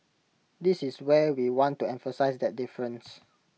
this is where we want to emphasise that difference